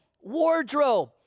wardrobe